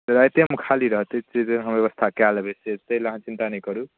रातिएमे खाली रहतै से हम व्यवस्था कए लेबै से ताहि लए अहाँ चिन्ता नहि करू